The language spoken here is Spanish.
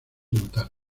notar